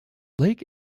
lake